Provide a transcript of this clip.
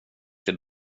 till